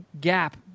gap